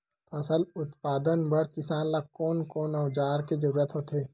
फसल उत्पादन बर किसान ला कोन कोन औजार के जरूरत होथे?